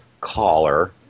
caller